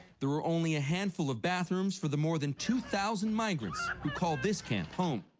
there are only a handful of bathrooms for the more than two thousand migrants who call this camp home.